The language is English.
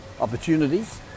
opportunities